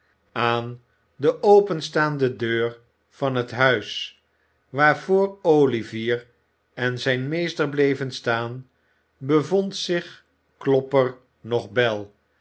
aan de openstaande deur van het huis waarvoor olivier en zijn meester bleven staan bevond zich klopper noch bel